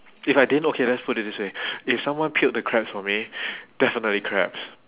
if I didn't okay let's put it this way if someone peeled the crabs for me definitely crabs